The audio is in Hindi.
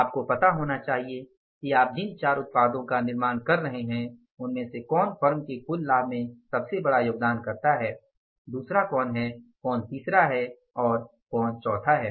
आपको पता होना चाहिए कि आप जिन चार उत्पादों का निर्माण कर रहे हैं उनमें से कौन फ़र्म के कुल लाभ में सबसे बड़ा योगदानकर्ता है कौन दूसरा है कौन तीसरा है और कौन चौथा है